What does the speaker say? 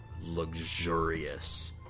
luxurious